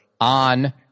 on